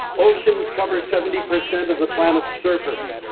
oceans cover seventy percent of the planet's surface,